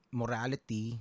morality